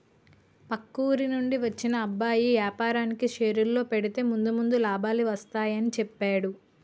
పక్క ఊరి నుండి వచ్చిన అబ్బాయి వేపారానికి షేర్లలో పెడితే ముందు ముందు లాభాలు వస్తాయని చెప్పేడు